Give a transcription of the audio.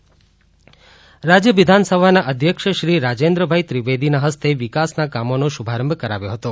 વિકાસ કામો રાજ્ય વિધાનસભાના અધ્યક્ષ શ્રી રાજેન્દ્રભાઈ ત્રિવેદીના હસ્તે વિકાસના કામોનો શુભારંભ કરાયો હતો